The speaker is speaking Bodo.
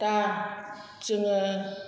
दा जोङो